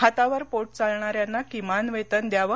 हातावर पोट चालणाऱ्यांना किमान वेतन द्यावं